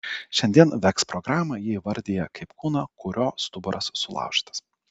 šiandien veks programą ji įvardija kaip kūną kurio stuburas sulaužytas